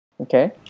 okay